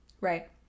Right